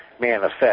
manifest